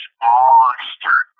monster